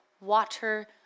water